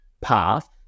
path